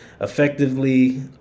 Effectively